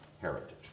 heritage